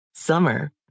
Summer